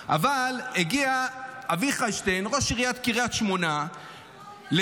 הגיע אביחי שטרן ראש עיריית קריית שמונה לדיון